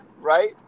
right